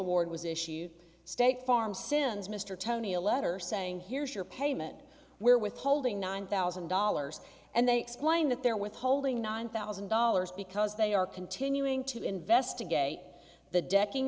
award was issued state farm since mr tony a letter saying here's your payment we're withholding nine thousand dollars and then explained that they're withholding nine thousand dollars because they are continuing to investigate the decking